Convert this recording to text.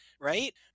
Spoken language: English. right